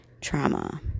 trauma